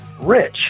rich